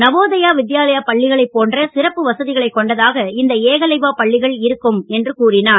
நவோதயா வித்யாயாலயா பள்ளிகளைப் போன்ற சிறப்பு வசதிகளைக் கொண்டதாக இந்த ஏகலைவா பள்ளிகள் இருக்கும் என்று அவர் கூறினார்